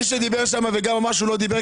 מי שדיבר שם וגם אמר שלא דיבר,